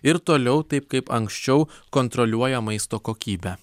ir toliau taip kaip anksčiau kontroliuoja maisto kokybę